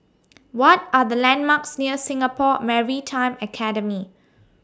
What Are The landmarks near Singapore Maritime Academy